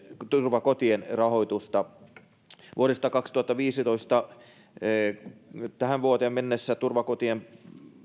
turvakotien rahoitusta vuodesta kaksituhattaviisitoista tähän vuoteen mennessä turvakotien